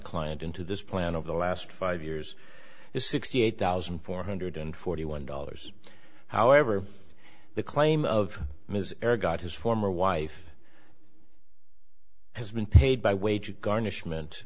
client into this plan over the last five years is sixty eight thousand four hundred and forty one dollars however the claim of his era got his former wife has been paid by wage garnishment